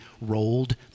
rolled